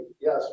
yes